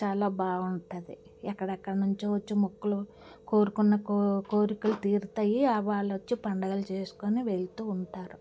చాలా బాగుంటుంది ఎక్కడెక్కడ నుంచో వచ్చే మొక్కులు కోరుకున్న కో కోరికలు తీరుతాయి ఆ వాళ్ళొచ్చి పండుగలు చేసుకుని వెళుతూ ఉంటారు